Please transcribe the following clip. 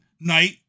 night